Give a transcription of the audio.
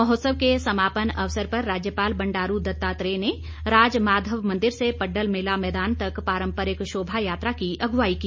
महोत्सव के समापन अवसर पर राज्यपाल बंडारू दत्तात्रेय ने राज माधव मंदिर से पड्डल मेला मैदान तक पारंपरिक शोभा यात्रा की अगुवाई की